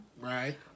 Right